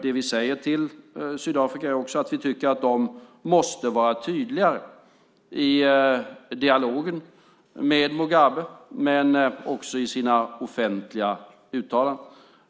Det vi säger till Sydafrika är också att vi tycker att de måste vara tydligare i dialogen med Mugabe men också i sina offentliga uttalanden.